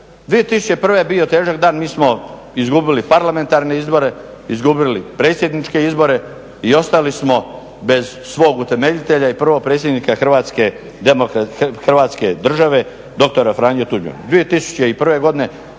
2001. je bio težak dan, mi smo izgubili parlamentarne izbore, izgubili predsjedniče izbore i ostali smo bez svog utemeljitelja i prvog predsjednika Hrvatske države, doktora Franje Tuđmana.